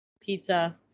Pizza